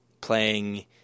playing